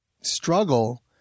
struggle